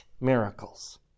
Miracles